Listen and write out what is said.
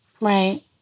Right